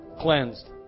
cleansed